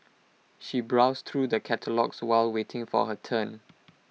she browsed through the catalogues while waiting for her turn